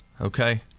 okay